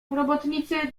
robotnicy